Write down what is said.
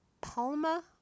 Palma